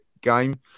game